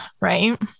Right